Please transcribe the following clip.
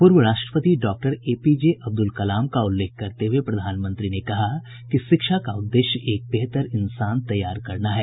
पूर्व राष्ट्रपति doctor A P J Abdul Kalam का उल्लेख करते हुए प्रधानमंत्री ने कहा कि शिक्षा का उद्देश्य एक बेहतर इन्सान तैयार करना है